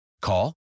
Call